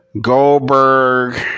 Goldberg